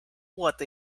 what